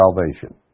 salvation